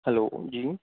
hello جی